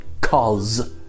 cause